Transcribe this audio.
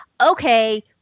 Okay